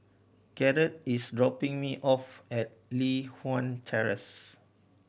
Garrett is dropping me off at Li Hwan Terrace